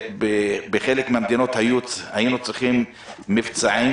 בחלק מן המדינות היינו צריכים לעשות מבצעים